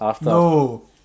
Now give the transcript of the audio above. No